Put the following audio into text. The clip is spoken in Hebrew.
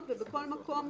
לא רק עזרה